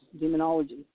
demonology